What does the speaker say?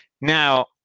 Now